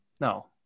No